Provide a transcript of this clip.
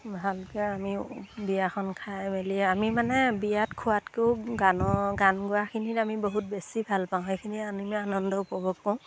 ভালকৈ আমি বিয়াখন খাই মেলি আমি মানে বিয়াত খোৱাতকৈয়ো গানৰ গান গোৱাখিনিত আমি বহুত বেছি ভাল পাওঁ সেইখিনি আনি আমি আনন্দ উপভোগ কৰোঁ